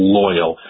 loyal